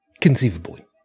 Conceivably